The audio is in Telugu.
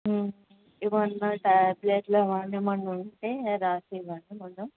ఏవైనా ట్యాబ్లెట్లు అవన్నీ ఏమైనా ఉంటే వ్రాసి ఇవ్వండి కొంచెం